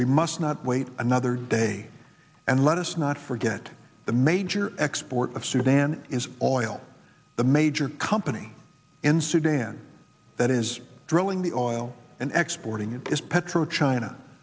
we must not wait another day and let us not forget the major export of sudan is all the major company in sudan that is drilling the oil and